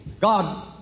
God